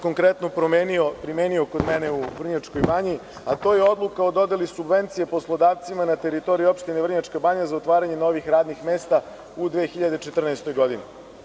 Konkretno sam je primenio kod mene u Vrnjačkoj Banji, a to je odluka o dodeli subvencija poslodavcima na teritoriji opštine Vrnjačka Banja za otvaranje novih radnih mesta u 2014. godini.